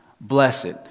Blessed